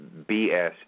BS